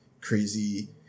crazy